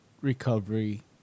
recovery